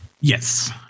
Yes